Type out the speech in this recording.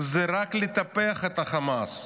רק לטפח את החמאס: